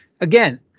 again